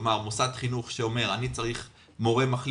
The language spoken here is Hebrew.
כלומר מוסד חינוך שאומר: אני צריך מורה מחליף